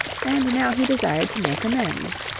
and now he desired to make amends.